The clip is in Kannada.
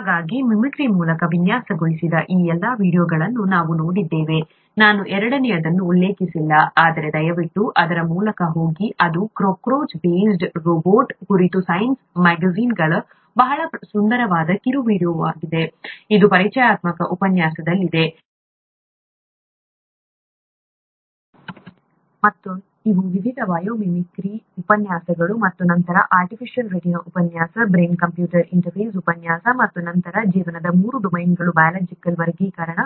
ಹಾಗಾಗಿ ಮಿಮಿಕ್ರಿ ಮೂಲಕ ವಿನ್ಯಾಸಗೊಳಿಸಿದ ಈ ಎಲ್ಲಾ ವೀಡಿಯೊಗಳನ್ನು ನಾವು ನೋಡಿದ್ದೇವೆ ನಾನು ಎರಡನೆಯದನ್ನು ಉಲ್ಲೇಖಿಸಿಲ್ಲ ಆದರೆ ದಯವಿಟ್ಟು ಅದರ ಮೂಲಕ ಹೋಗಿ ಇದು ಕಾಕ್ರೋಚ್ ಬೇಸ್ಡ್ ರೋಬೋಟ್ ಕುರಿತ ಸೈನ್ಸ್ ಮ್ಯಾಗಜಿನ್ನ ಬಹಳ ಸುಂದರವಾದ ಕಿರು ವೀಡಿಯೊವಾಗಿದೆ ಇದು ಪರಿಚಯಾತ್ಮಕ ಉಪನ್ಯಾಸದಲ್ಲಿದೆ ಮತ್ತು ಇವು ವಿವಿಧ ಬಯೋಮಿಮಿಕ್ರಿ ಉಪನ್ಯಾಸಗಳು ಮತ್ತು ನಂತರ ಆರ್ಟಿಫಿಷಿಯಲ್ ರೆಟಿನಾ ಉಪನ್ಯಾಸ ಬ್ರೈನ್ ಕಂಪ್ಯೂಟರ್ ಇಂಟರ್ಫೇಸ್ ಉಪನ್ಯಾಸ ಮತ್ತು ನಂತರ ಜೀವನದ ಮೂರು ಡೊಮೇನ್ಗಳು ಬಯೋಲಾಜಿಕಲ್ ವರ್ಗೀಕರಣ